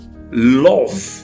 Love